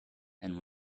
and